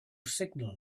signal